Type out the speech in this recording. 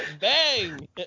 bang